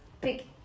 pick